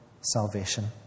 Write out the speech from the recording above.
salvation